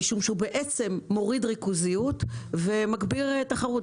משום שהוא מוריד ריכוזיות ומגביר תחרות,